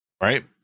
Right